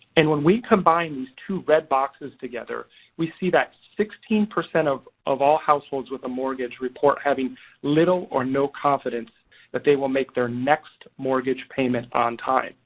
and when we combine these two red boxes together we see that sixteen percent of of all households with a mortgage report having little or no confidence that they will make their next mortgage payment on time.